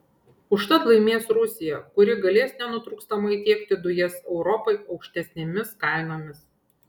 užtat laimės rusija kuri galės nenutrūkstamai tiekti dujas europai aukštesnėmis kainomis